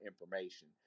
information